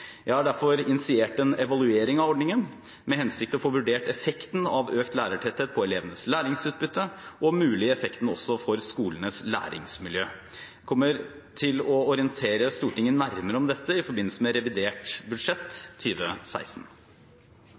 Jeg har derfor initiert en evaluering av ordningen i den hensikt å få vurdert effekten av økt lærertetthet på elevenes læringsutbytte og om mulig effekten også for skolenes læringsmiljø. Jeg kommer til å orientere Stortinget nærmere om dette i forbindelse med revidert budsjett